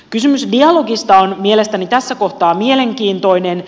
kysymys dialogista on mielestäni tässä kohtaa mielenkiintoinen